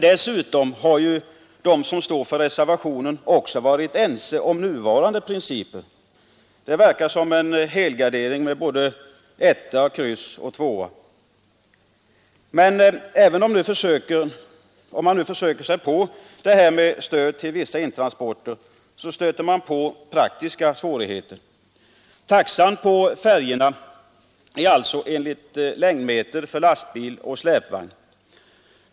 Dessutom har de som står för reservationen också varit ense om nuvarande principer. Det verkar som en helgardering med både etta och kryss och tvåa. Men även om man nu försöker sig på stöd till vissa intransporter, stöter man på praktiska svårigheter. Taxan på färjorna är fastställd enligt beräkning per längdmeter för lastbil och släpvagn.